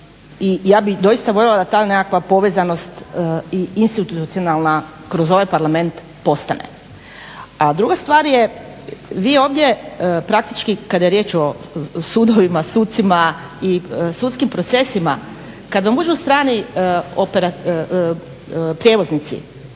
I ja bih doista voljela da ta nekakva povezanost i institucionalna kroz ovaj Parlament postane. A druga stvar je vi ovdje praktički kada je riječ o sudovima, sucima i sudskim procesima kada vam uđi strani prijevoznici